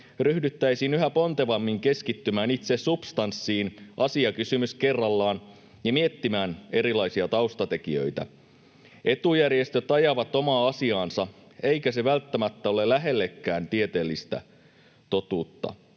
ryhdyttäisiin yhä pontevammin keskittymään itse substanssiin asiakysymys kerrallaan ja miettimään erilaisia taustatekijöitä. Etujärjestöt ajavat omaa asiaansa, eikä se välttämättä ole lähelläkään tieteellistä totuutta.